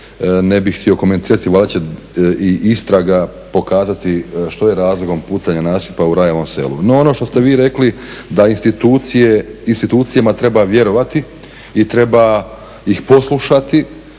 ne bih htio komentirati. Valjda će i istraga pokazati što je razlog pucanja nasipa u Rajevu Selu. No, ono što ste vi rekli da institucije, institucijama treba vjerovati i treba ih poslušati,